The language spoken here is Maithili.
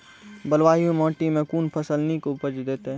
बलूआही माटि मे कून फसल नीक उपज देतै?